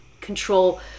control